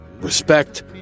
respect